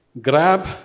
grab